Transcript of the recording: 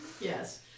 Yes